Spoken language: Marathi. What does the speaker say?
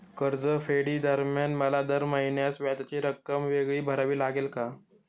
कर्जफेडीदरम्यान मला दर महिन्यास व्याजाची रक्कम वेगळी भरावी लागेल का?